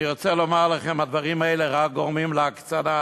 אני רוצה לומר לכם, הדברים האלה רק גורמים להקצנה.